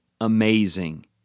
amazing